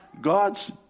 God's